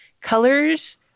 colors